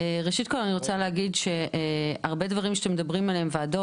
ראשית כל אני רוצה להגיד שהרבה דברים שאתם מדברים עליהם בוועדות